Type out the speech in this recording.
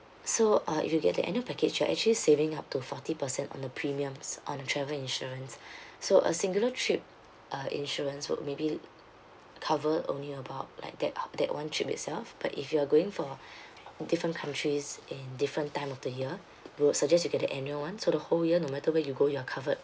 so uh if you get the annual package you're actually saving up to forty percent on the premiums on travel insurance so a singular trip uh insurance would maybe cover only about like that that one trip itself but if you're going for different countries and different time of the year we would suggest you get the annual one so the whole year no matter where you go you're covered